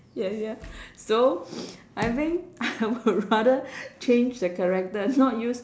ya ya so I think I would rather change the character not use